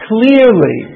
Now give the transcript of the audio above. Clearly